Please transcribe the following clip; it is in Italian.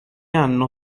hanno